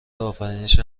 آفرینش